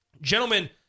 gentlemen